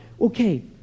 okay